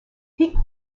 peak